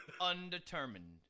Undetermined